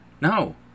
no